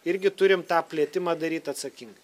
irgi turim tą plėtimą daryt atsakingai